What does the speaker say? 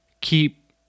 keep